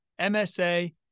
MSA